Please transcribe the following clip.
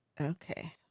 Okay